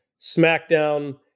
SmackDown